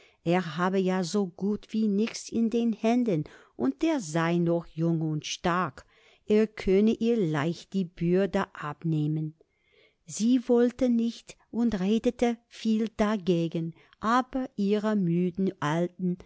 er habe ja so gut wie nichts in den händen und er sei noch jung und stark er könne ihr leicht die bürde abnehmen sie wollte nicht und redete viel dagegen aber ihre müden alten